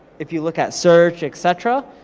if you look at search, et cetera,